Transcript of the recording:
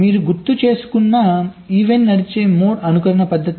మీరు గుర్తుచేసుకున్న ఈవెంట్ నడిచే మోడ్ అనుకరణ పద్ధతి